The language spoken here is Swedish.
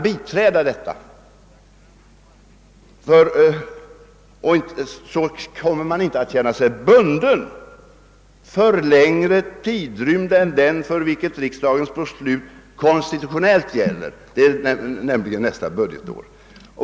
Och då kommer man inte att känna sig bunden för längre tid än riksdagsbeslutet konstitutionellt gäller, alltså för nästa budgetår.